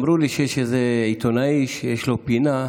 אמרו לי שיש איזה עיתונאי שיש לו פינה.